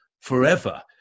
forever